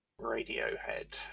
Radiohead